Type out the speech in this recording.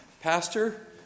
pastor